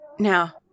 Now